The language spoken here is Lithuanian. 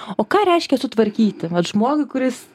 o ką reiškia sutvarkyti vat žmogui kuris